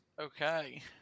okay